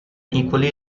equally